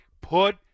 put